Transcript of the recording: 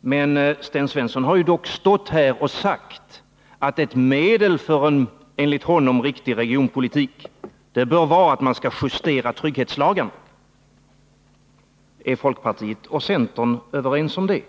Men Sten Svensson har dock stått här och sagt att ett medel för en enligt honom riktig regionpolitik bör vara att man skall justera trygghetslagarna. Är folkpartiet och centern överens om det?